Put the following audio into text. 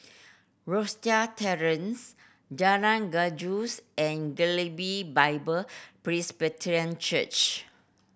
Rosyth Terrace Jalan Gajus and Galilee Bible Presbyterian Church